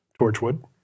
Torchwood